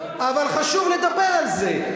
אבל חשוב לדבר על זה,